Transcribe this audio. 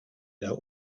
der